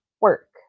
work